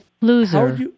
Loser